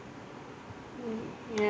mm ya